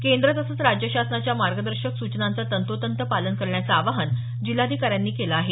केंद्र तसंच राज्य शासनाच्या मार्गदर्शक सूचनांचं तंतोतंत पालन करण्याचं आवाहन जिल्हाधिकाऱ्यांनी केलं आहे